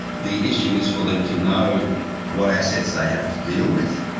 the issue is for them to know what assets they have to deal with,